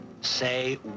say